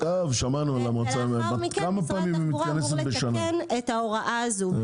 ולאחר מכן משרד התחבורה אמור לתקן את ההוראה הזאת.